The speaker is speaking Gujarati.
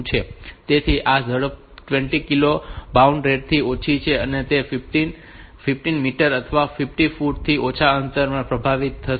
તેથી આ ઝડપ 20 kilo bound rate થી ઓછી છે અને તે 15 મીટર અથવા 50 ફૂટ થી ઓછા અંતર માટે પણ પ્રતિબંધિત છે